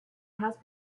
has